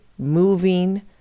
moving